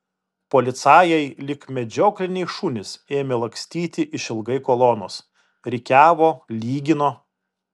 policajai lyg medžiokliniai šunys ėmė lakstyti išilgai kolonos rikiavo lygino